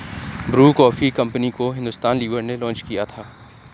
Bru coffee company को Hindustan Lever ने launch किया था